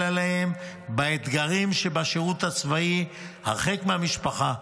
עליהם באתגרים שבשירות הצבאי הרחק מהמשפחה.